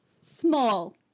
Small